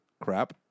Crap